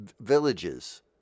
villages